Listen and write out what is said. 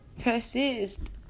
persist